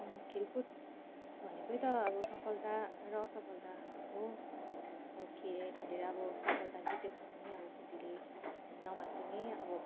खेलकुद भनेकै त अब सफलता र असफलता हो अब खे खेलेर अब सफलता जित्यो भने पनि अब खुसीले नमात्तिने अब